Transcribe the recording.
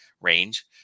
range